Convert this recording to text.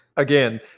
Again